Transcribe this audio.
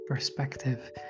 perspective